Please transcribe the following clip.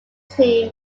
team